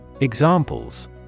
Examples